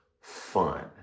fun